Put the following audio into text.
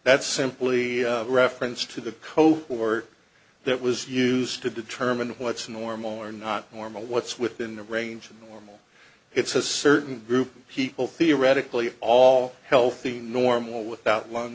that's simply a reference to the cohort that was used to determine what's normal or not normal what's within the range of the arm it's a certain group of people theoretically all healthy normal without lung